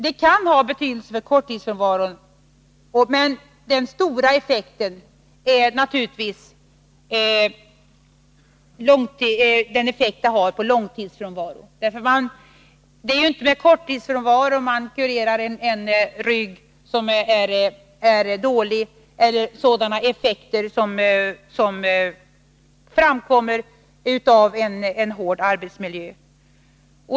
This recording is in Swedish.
Det kan ha betydelse för korttidsfrånvaron. Men den stora effekten gäller naturligtvis långtidsfrånvaron. Det är ju inte med korttidsfrånvaro som man kurerar ryggar som är dåliga eller sådana effekter som uppstår av en hård arbetsmiljö.